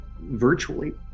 virtually